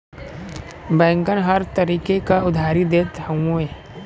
बैंकन हर तरीके क उधारी देत हउए